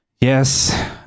yes